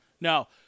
Now